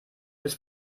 ist